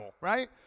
right